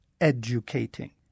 educating